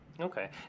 Okay